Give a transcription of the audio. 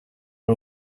ari